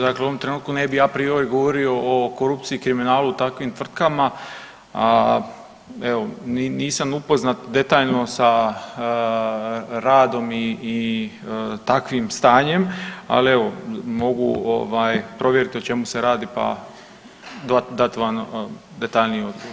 Dakle, u ovom trenutku ne bih a priori govorio o korupciji i kriminalu u takvim tvrtkama, a evo nisam upoznat detaljno sa radom i takvim stanjem, ali evo mogu provjeriti o čemu se radi, pa dat vam detaljniji odgovor.